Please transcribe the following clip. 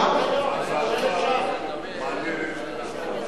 הצעתך מעניינת.